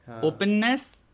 Openness